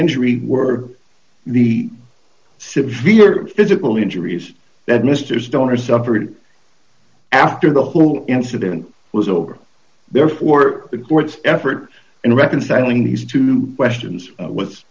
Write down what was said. injury were the severe physical injuries that mr stoner suffered after the whole incident was over therefore the court's effort and reconciling these two questions was